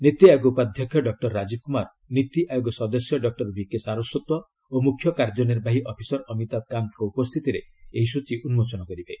ନୀତିଆୟୋଗ ଉପାଧ୍ୟକ୍ଷ ଡକୁର ରାଜୀବ କୁମାର ନୀତିଆୟୋଗ ସଦସ୍ୟ doctor V K Saraswat ଓ ମୁଖ୍ୟ କାର୍ଯ୍ୟନିର୍ବାହୀ ଅଫିସର ଅମିତାଭ କାନ୍ତଙ୍କ ଉପସ୍ଥିତିରେ ଏହି ସୂଚୀ ଉନ୍ଜୋଚନ କରିବେ